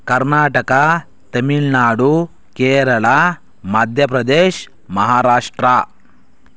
Karnataka Tamil Nadu Kerala Madhya Pradesh Maharashtra